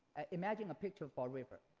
imagine a picture for river.